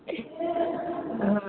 હાં